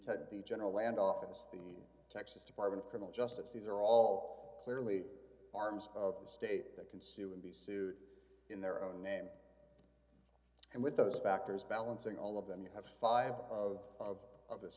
ted the general land office the texas department of criminal justice these are all clearly arms of the state that conceal and be sued in their own name and with those factors balancing all of them you have five of